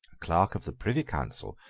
clerk of the privy council,